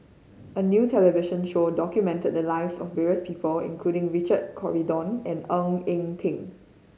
a new television show documented the lives of various people including Richard Corridon and Ng Eng Teng